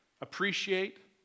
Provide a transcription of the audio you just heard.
Appreciate